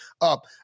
up